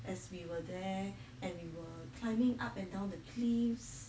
as we were there and we were climbing up and down the cliffs